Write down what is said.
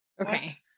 okay